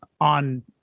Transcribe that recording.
on